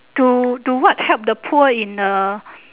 to to what help to poor in a